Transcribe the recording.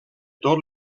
tot